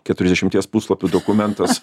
keturiasdešimties puslapių dokumentas